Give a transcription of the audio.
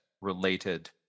related